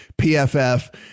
PFF